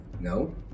No